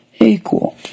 equal